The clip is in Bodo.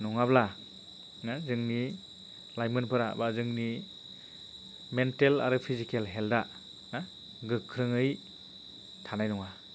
नङाब्ला जोंनि लाइमोनफोरा एबा जोंनि मेन्टेल आरो फिजिकेल हेल्थआ गोख्रोङै थानाय नङा